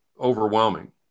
overwhelming